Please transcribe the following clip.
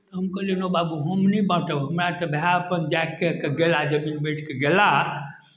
हम कहलियनि हौ बाबू हम नहि बाँटब हमरा अरके भाए अपन जएह करि कऽ गेलाह जे बाँटि कऽ गेलाह